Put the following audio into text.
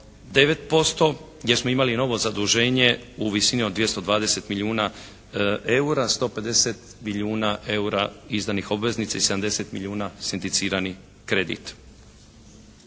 9%, gdje smo imali novo zaduženje u visini od 220 milijuna eura, 150 milijuna eura izdanih obveznica i 70 milijuna sinticirani kredit.